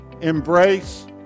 Embrace